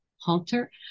halter